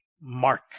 mark